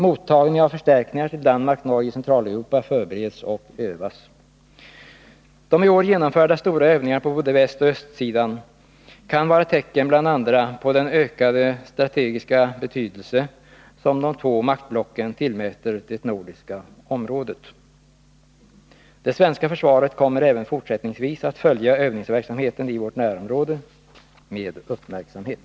Mottagning av förstärkningar till Danmark, Norge och Centraleuropa förbereds och övas. De i år genomförda stora övningarna på både östoch västsidan kan vara tecken bl.a. på den ökade strategiska betydelse som de två maktblocken tillmäter det nordiska området. Det svenska försvaret kommer även fortsättningsvis att följa övningsverksamheten i vårt närområde med uppmärksamhet.